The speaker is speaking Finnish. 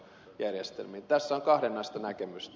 tässä on kahdenlaista näkemystä